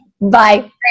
bye